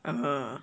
uh